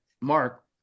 Mark